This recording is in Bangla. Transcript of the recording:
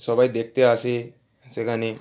সবাই দেখতে আসে সেখানে